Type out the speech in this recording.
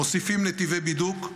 מוסיפים נתיבי בידוק,